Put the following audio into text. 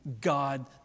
God